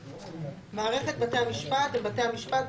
"מערכת בתי המשפט" בתי המשפט,